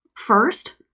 first